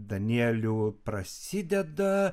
danielių prasideda